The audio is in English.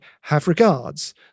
have-regards